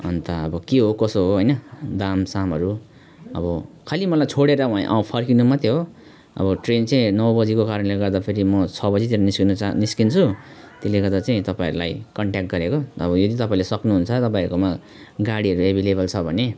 अन्त अब के हो कसो हो होइन दामसामहरू अब खाली मलाई छोडेर अँ फर्किनु मात्रै हो अब ट्रेन चाहिँ नौ बजीको कारणले गर्दाखेरि म छ बजीतिर निस्किन चाह निस्किन्छु त्यसले गर्दा चाहिँ तपाईँहरूलाई कन्ट्याक्ट गरेको अब यदि तपाईँले सक्नुहुन्छ र तपाईँहरूकोमा गाडीहरू एभाइलेबल छ भने